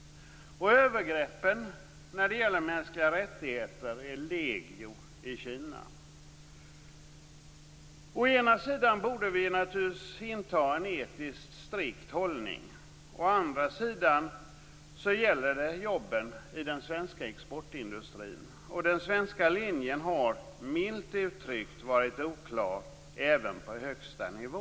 Övergreppen när det gäller mänskliga rättigheter är legio i Kina. Å ena sidan borde vi naturligtvis inta en etiskt strikt hållning, å andra sidan gäller det jobben i den svenska exportindustrin. Den svenska linjen har - milt uttryckt - varit oklar även på högsta nivå.